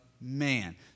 Man